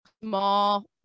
small